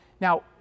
Now